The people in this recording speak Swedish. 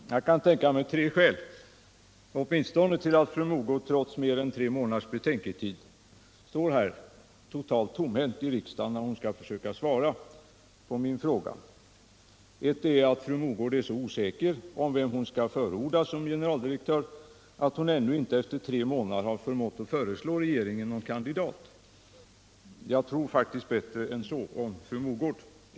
Herr talman! Jag kan tänka mig åtminstone tre skäl till att fru Mogård trots mer än tre månaders betänketid står här i riksdagen totalt tomhänt när hon skall försöka svara på min fråga. Ett är att fru Mogård är så osäker om vem hon skall förorda som generaldirektör att hon ännu inte efter tre månader förmått föreslå regeringen någon kandidat. Men jag tror faktiskt bättre än så om fru Mogård.